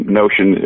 notion